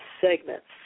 segments